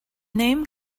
name